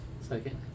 second